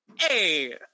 hey